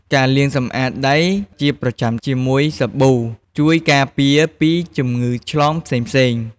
ការលាងសម្អាតដៃជាប្រចាំជាមួយសាប៊ូ ជួយការពារពីជំងឺឆ្លងផ្សេងៗ។